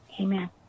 Amen